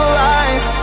lies